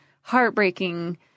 heartbreaking